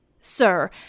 Sir